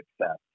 success